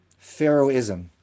Pharaohism